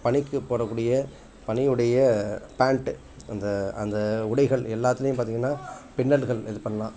பனிக்கு போடக்கூடிய பனிவுடைய பேண்ட்டு அந்த அந்த உடைகள் எல்லாத்துலேயும் பார்த்திங்கன்னா பின்னல்கள் இது பண்ணலாம்